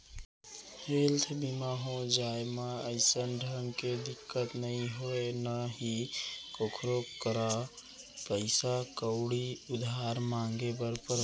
health बीमा हो जाए म अइसन ढंग के दिक्कत नइ होय ना ही कोकरो करा पइसा कउड़ी उधार मांगे बर परय